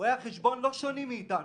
רואי החשבון לא שונים מאיתנו.